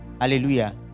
Hallelujah